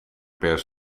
per